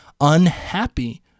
unhappy